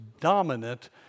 dominant